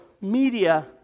media